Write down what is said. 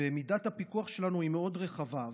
מידת הפיקוח שלנו היא מאוד רחבה.